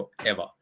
forever